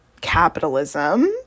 capitalism